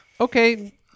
Okay